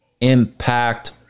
Impact